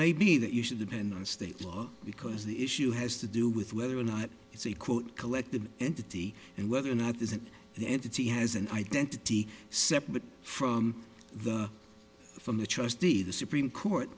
may be that you should depend on state law because the issue has to do with whether or not it's a quote collected entity and whether or not there's an entity has an identity separate from the from the trustee the supreme court